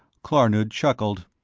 klarnood chuckled.